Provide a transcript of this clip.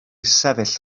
sefyll